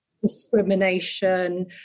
discrimination